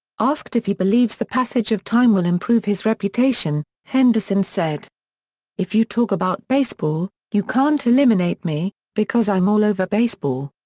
asked if he believes the passage of time will improve his reputation, henderson said if you talk about baseball, you can't eliminate me, because i'm all over baseball.